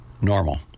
normal